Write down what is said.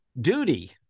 duty